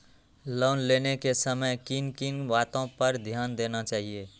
Loan लेने के समय किन किन वातो पर ध्यान देना चाहिए?